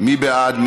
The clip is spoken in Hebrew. מי בעד?